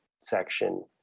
section